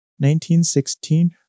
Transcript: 1916